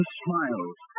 smiles